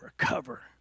recover